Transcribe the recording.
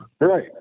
Right